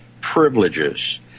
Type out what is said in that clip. privileges